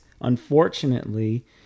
unfortunately